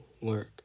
work